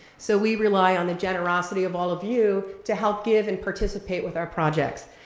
so we rely on the generosity of all of you to help give and participate with our projects.